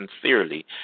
sincerely